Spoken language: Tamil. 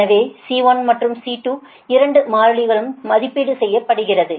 எனவே C1 மற்றும் C2 இரண்டு மாறிலிகளும் மதிப்பீடு செய்யப்படுகின்றன